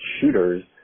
shooters